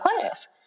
class